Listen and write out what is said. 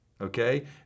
okay